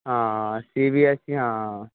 ਹਾਂ C B S E ਹਾਂ